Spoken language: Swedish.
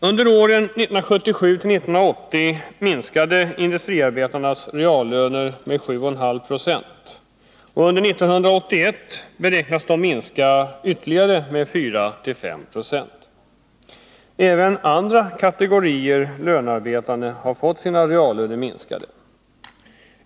Under åren 1977-1980 minskade industriarbetarnas reallöner med 7,5 96, och under 1981 beräknas de minska med ytterligare 4-5 926. Även andra kategorier lönarbetande har fått sina reallöner sänkta.